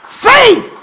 Faith